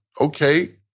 Okay